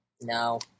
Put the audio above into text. No